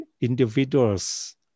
individual's